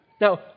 Now